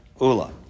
Ula